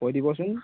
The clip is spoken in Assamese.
কৈ দিবচোন